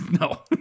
no